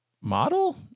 model